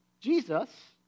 Jesus